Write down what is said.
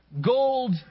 gold